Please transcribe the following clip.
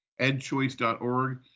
edchoice.org